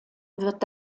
wird